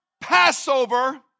Passover